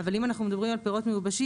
אבל אם אנחנו מדברים על פירות מיובשים,